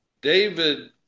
David